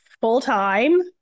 full-time